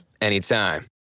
anytime